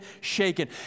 shaken